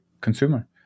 consumer